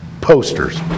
posters